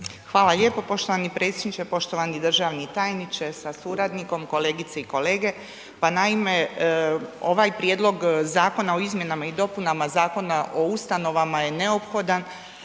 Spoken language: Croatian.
Hvala lijepo, poštovani predsjedniče, poštovani državni tajniče sa suradnikom, kolegice i kolege. Pa naime, ovaj Prijedlog zakona o izmjenama i dopunama zakon o ustanovama je neophodan,